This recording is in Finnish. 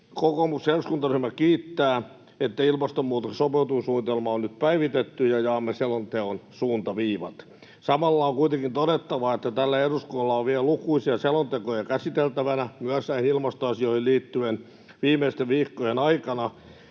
Kokoomuksen eduskuntaryhmä kiittää, että ilmastonmuutoksen sopeutumissuunnitelma on nyt päivitetty ja jaamme selonteon suuntaviivat. Samalla on kuitenkin todettava, että tällä eduskunnalla on vielä lukuisia selontekoja käsiteltävänä myös näihin ilmastoasioihin liittyen viimeisten viikkojen aikana,